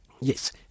Yes